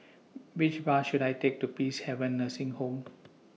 Which Bus should I Take to Peacehaven Nursing Home